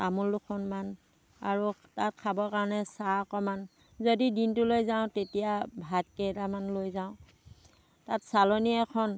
তামোল দুখনমান আৰু তাত খাবৰ কাৰণে চাহ অকণমান যদি দিনটোলৈ যাওঁ তেতিয়া ভাতকেইটামান লৈ যাওঁ তাত চালনী এখন